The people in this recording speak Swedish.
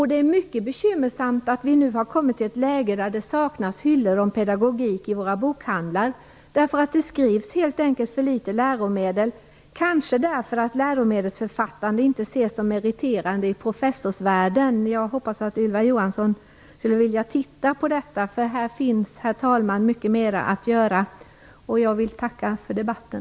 Det är mycket bekymmersamt att vi nu har kommit i ett läge där det saknas hyllor med pedagogisk litteratur i våra bokhandlar. Det utges helt enkelt för litet läromedel, kanske därför att läromedelsförfattande inte ses som meriterande i professorsvärlden. Jag hoppas att Ylva Johansson skulle vilja titta på detta. Här finns, herr talman, mycket mera att göra. Jag vill tacka för debatten.